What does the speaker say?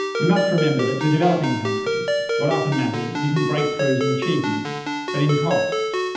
we must remember that for developing countries what often matters isn't breakthroughs in achievements but in cost.